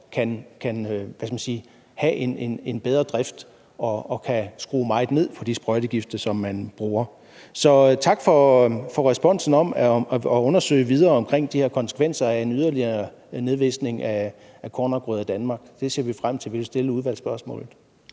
kan have en bedre drift og kan skrue meget ned for de sprøjtegifte, som man bruger. Tak for responsen om at undersøge videre omkring de her konsekvenser af en yderligere nedvisning af kornafgrøder i Danmark. Det ser vi frem, og vi vil stille udvalgsspørgsmålet.